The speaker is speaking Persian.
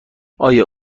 آیا